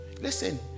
Listen